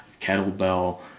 kettlebell